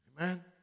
Amen